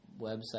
website